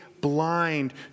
blind